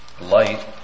light